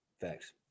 Thanks